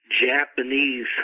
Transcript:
Japanese